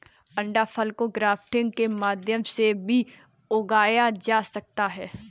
अंडाफल को ग्राफ्टिंग के माध्यम से भी उगाया जा सकता है